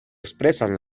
expresan